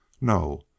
No